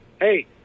hey